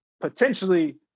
potentially